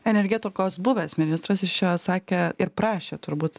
energetikos buvęs ministras jis čia sakė ir prašė turbūt